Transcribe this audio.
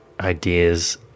Ideas